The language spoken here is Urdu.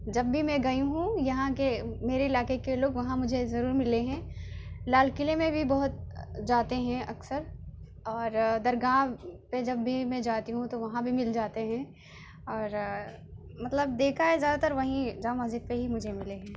جب بھی میں گئی ہوں یہاں کے میرے علاقے کے لوگ وہاں مجھے ضرور ملے ہیں لال قلعے میں بھی بہت جاتے ہیں اکثر اور درگاہ پہ جب بھی میں جاتی ہوں تو وہاں بھی مل جاتے ہیں اور مطلب دیکھا ہے زیادہ تر وہیں جامع مسجد پہ ہی مجھے ملے ہیں